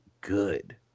good